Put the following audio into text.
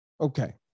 Okay